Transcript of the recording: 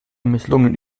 misslungenen